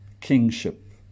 kingship